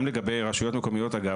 גם לגבי רשויות מקומיות אגב,